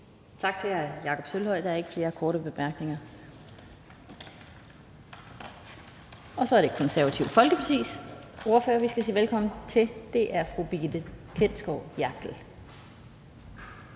Tak til hr. Jakob Sølvhøj. Der er ikke flere korte bemærkninger. Så er det Det Konservative Folkepartis ordfører, vi skal sige velkommen til. Det er fru Brigitte Klintskov Jerkel.